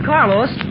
Carlos